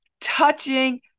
touching